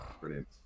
brilliant